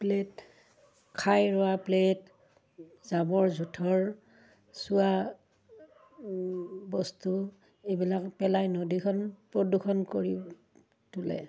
plate খাই ৰোৱা plate জাবৰ জোঁথৰ চোৱা বস্তু এইবিলাক পেলাই নদীখন প্ৰদূষণ কৰি তোলে